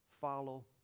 follow